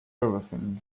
everything